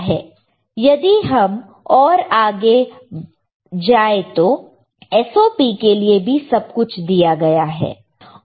If we go further if we go further यदि हम और आगे जाएं तो SOP के लिए भी सब कुछ दिया गया है